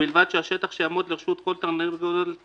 ובלבד שהשטח שיעמוד לרשות כל תרנגולת